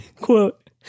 quote